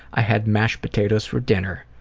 i had mashed potatoes for dinner.